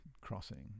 crossing